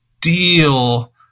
deal